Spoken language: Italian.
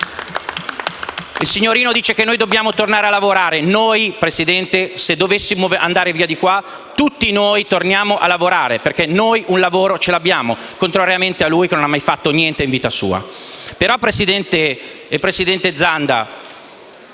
Il signorino dice che dobbiamo tornare a lavorare. Noi, signor Presidente, tutti noi, se dovessimo andare via di qui, torneremmo a lavorare, perché noi un lavoro lo abbiamo, contrariamente a lui che non ha mai fatto niente in vita sua.